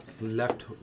Left